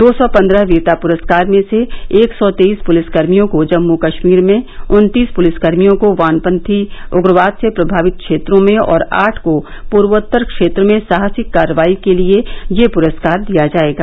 दो सौ पन्द्रह वीरता पुरस्कार में से एक सौ तेईस पुलिसकर्मियों को जम्मू कश्मीर में उन्तीस कर्मियों को वामपंथी उग्रवाद से प्रभावित क्षेत्रों में और आठ को पुर्वोत्तर क्षेत्र में साहसिक कार्रवाई के लिए ये पुरस्कार दिया जायेगा